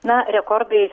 na rekordai